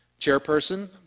chairperson